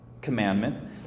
commandment